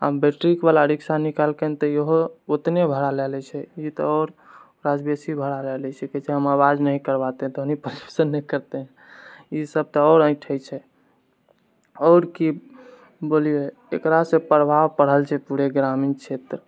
आब बैटरी वला रिक्शा निकाललकै हँ तऽ इहो उतने भाड़ा लए लए छै ई तऽ आओर दश बीस बेसी भाड़ा लए लेइ छै कहै छै हम आवाज नहि करवाते ध्वनि पोल्यूशन नहि करते ई सब तऽ आओर ऐठै छै आओर कि बोलिए एकरासँ प्रभाव पड़ल छै पूरे ग्रामीण क्षेत्र